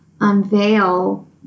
unveil